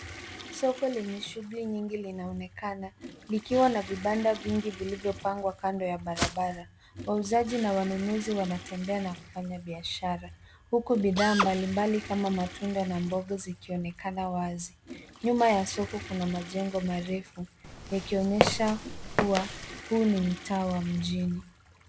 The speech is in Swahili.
Soko lenye shughuli nyingi linaonekana likiwa lenye shughuli nyingi linaonekana likiwa na vibabda vingi vilivyopangwa kando ya barabara .Wauzaji na wanunuzi wanatembea na kufanya biashara. Huku bidhaa mbalimbali kama matunda a mboga zikionekana wazi. Nyuma ya soko kuna majengo marefu yakionyesha kuwa huu ni mtaa wa mjini.